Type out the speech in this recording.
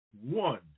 one